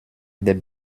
der